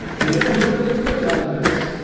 he didn't grow up a super job guys